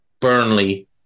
Burnley